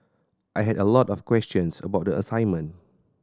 I had a lot of questions about the assignment